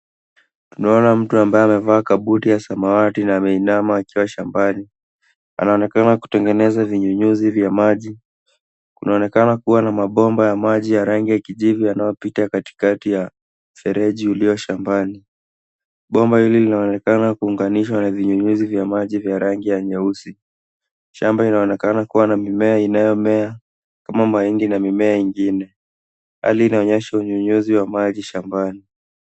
Tunaona mtu ambaye amevaa kabuti ya samawati na ameinama akiwa shambani. Anaonekana kutengeneza vinyunyuzi vya maji. Kunaonekana kuwa na mabomba ya maji ya rangi ya kijivu yanayopita katikati ya fereji uliyo shambani. Bomba hili linaonekana kuunganishwa na vinyunyuzi vya maji vya rangi ya nyeusi. Shamba inaonekana kuwa na mimea inayomea kama mahindi na mimea ingine. Hali inaonyesha unyunyuzi wa maji shambani.